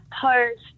post